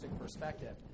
perspective